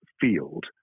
field